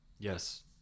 Yes